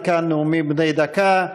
עד כאן נאומים בני דקה.